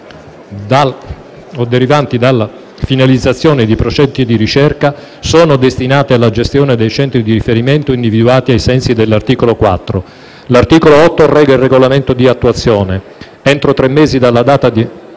derivanti dalla finalizzazione di progetti di ricerca sono destinate alla gestione dei centri di riferimento individuati ai sensi dell'articolo 4. L'articolo 8 reca il Regolamento di attuazione. Entro tre mesi dalla data di